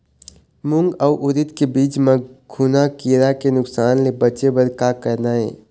मूंग अउ उरीद के बीज म घुना किरा के नुकसान ले बचे बर का करना ये?